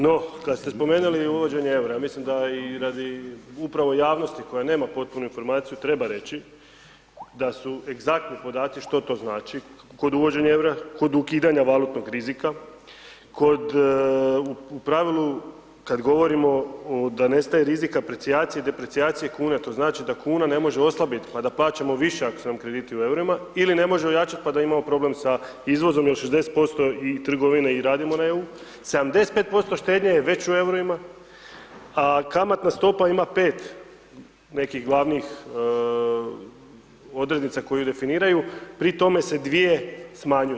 No, kad ste spomenuli uvođene EUR-a, ja mislim da i radi upravo javnosti koja nema potpunu informaciju treba reći da su egzaktni podaci što to znači kod uvođenja EUR-a, kod ukidanja valutnog rizika, kod u pravilu kad govorimo da nestaje rizika, precijacije i deprecijacije kune to znači da kuna ne može oslabit pa da plaćamo više ako su nam krediti u EUR-ima ili ne može ojačat pa da imamo problem sa izvozom jer 60% i trgovine i radimo na EU, 75% štednje je već u EUR-ima, kamatna stopa ima 5 nekih glavnih odrednica koje ju definiraju, pri tome se dvije smanjuju.